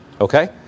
Okay